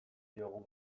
diogun